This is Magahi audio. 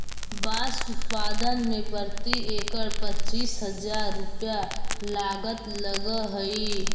बाँस उत्पादन में प्रति एकड़ पच्चीस हजार रुपया लागत लगऽ हइ